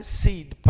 seed